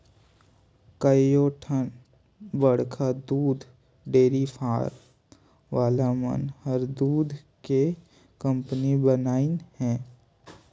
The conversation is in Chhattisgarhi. कयोठन बड़खा दूद डेयरी फारम वाला मन हर दूद के कंपनी बनाईंन हें